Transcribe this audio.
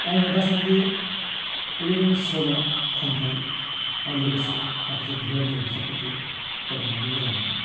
दा आङो दासान्दि बेबायदिनो सल' खन्थाइ आरो लोगोसे माखासे दोहोरोमारि बिजाबफोरखौ फरायनानै मोजां मोनो